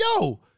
yo